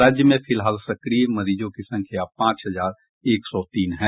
राज्य में फिलहाल सक्रिय मरीजों की संख्या पांच हजार एक सौ तीन है